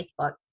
Facebook